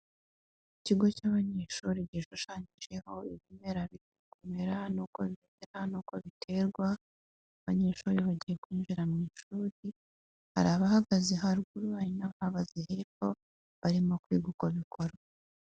Ikigo cy'abanyeshuri gishushanyijeho ibimera, uko bikomera n'uko biterwa, abanyeshuri bagiye kwinjira mu ishuri; hari abahagaze haruguru, hari n'abahagaze hepfo bari mu kwiga uko bikorwa.